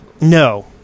No